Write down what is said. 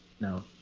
no